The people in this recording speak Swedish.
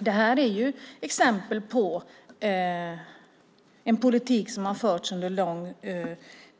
Det är exempel på en politik som har förts under lång